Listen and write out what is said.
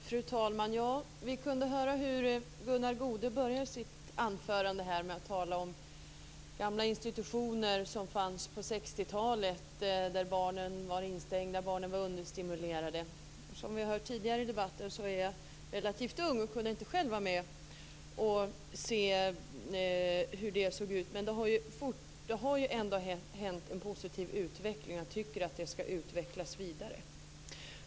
Fru talman! Vi kunde höra Gunnar Goude börja sitt anförande med att tala om gamla institutioner som fanns på 60-talet där barnen var instängda och understimulerade. Som vi har hört tidigare i debatten är jag relativt ung och kunde inte själv vara med och se hur det såg ut. Men det har ändå varit en positiv utveckling, och jag tycker att den ska gå vidare.